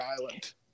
Island